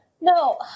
no